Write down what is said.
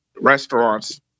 restaurants